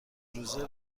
روزه